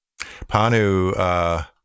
panu